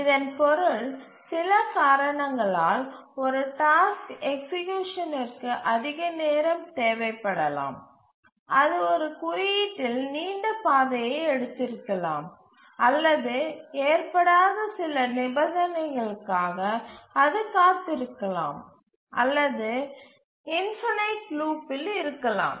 இதன் பொருள் சில காரணங்களால் ஒரு டாஸ்க் எக்சீக்யூசனிற்கு அதிக நேரம் தேவைப்படலாம் அது ஒரு குறியீட்டில் நீண்ட பாதையை எடுத்திருக்கலாம் அல்லது ஏற்படாத சில நிபந்தனைகளுக்காக அது காத்திருக்கலாம் அல்லது இன்பைநெட் லூப்பில் இருக்கலாம்